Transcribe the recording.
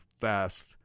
fast